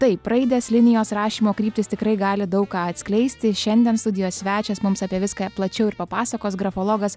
taip raidės linijos rašymo kryptys tikrai gali daug ką atskleisti šiandien studijos svečias mums apie viską plačiau ir papasakos grafologas